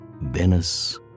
Venice